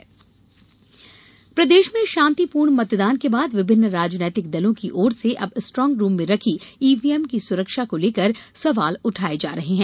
EVM सुरक्षा प्रदेश में शांतिपूर्ण मतदान के बाद विभिन्न राजनीतिक दलों की ओर से अब स्ट्रांगरूम में रखी ईवीएम की सुरक्षा को लेकर सवाल उठाये जा रहे हैं